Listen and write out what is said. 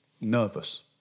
nervous